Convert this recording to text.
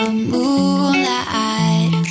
moonlight